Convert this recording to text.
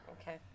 okay